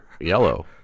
Yellow